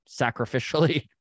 sacrificially